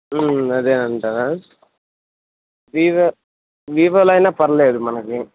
అదే అంట వివో వివోలో అయినా పర్లేదు మనకి